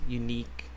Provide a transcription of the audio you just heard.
unique